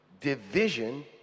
Division